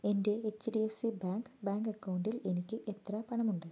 എൻ്റെ H D F C bank bank അക്കൗണ്ടിൽ എനിക്ക് എത്ര പണമുണ്ട്